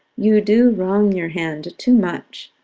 you do wrong your hand too much,